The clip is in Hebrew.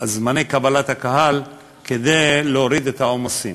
זמני קבלת הקהל כדי להוריד את העומסים.